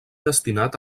destinat